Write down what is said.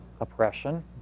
oppression